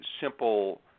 simple